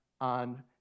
on